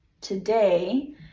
today